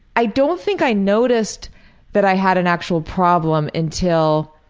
i don't think i noticed that i had an actual problem until.